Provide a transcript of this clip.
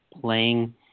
playing